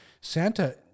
santa